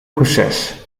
proces